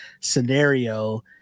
scenario